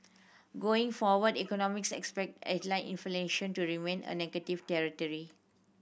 going forward economist expect headline inflation to remain a negative territory